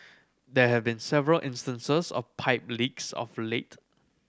there have been several instances of pipe leaks of late